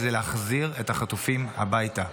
וזה להחזיר את החטופים הביתה.